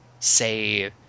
say